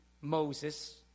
Moses